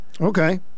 Okay